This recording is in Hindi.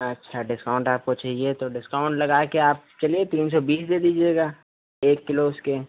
अच्छा डिस्काउंट आपको चाहिए तो डिस्काउंट लगाकर आप चलिए तीन सौ बीस दे दीजिएगा एक किलो उसके